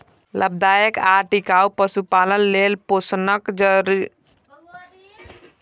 लाभदायक आ टिकाउ पशुपालन लेल पोषणक जानकारी जरूरी छै